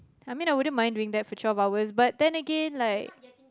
I mean I wouldn't mind doing that for twelve hours but then again like